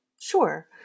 Sure